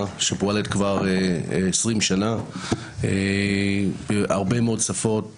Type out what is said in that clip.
שפועל כבר 20 שנה בהרבה מאוד שפות,